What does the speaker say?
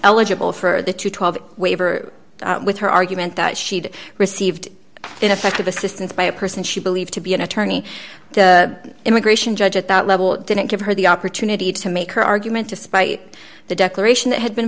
eligible for the two hundred and twelve dollars waiver with her argument that she'd received ineffective assistance by a person she believed to be an attorney the immigration judge at that level didn't give her the opportunity to make her argument despite the declaration that had been